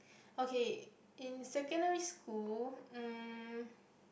okay in secondary school mm